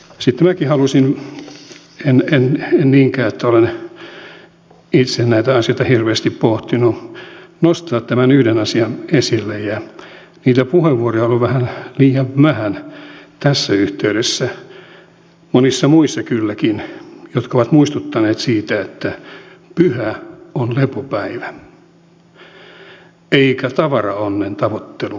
sitten minäkin haluaisin en niinkään että olen itse näitä asioita hirveästi pohtinut nostaa tämän yhden asian esille ja niitä puheenvuoroja on ollut liian vähän tässä yhteydessä monissa muissa kylläkin jotka ovat muistuttaneet siitä että pyhä on lepopäivä eikä tavaraonnen tavoittelupäivä